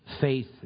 faith